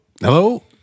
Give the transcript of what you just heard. Hello